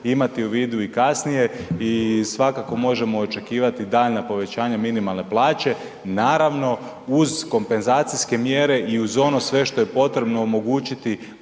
imati u vidu i kasnije i svakako možemo očekivati daljnja povećanja minimalne plaće, naravno, uz kompenzacijske mjere i uz ono sve što je potrebno omogućiti